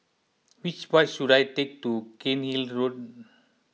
which bus should I take to Cairnhill Road